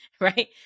right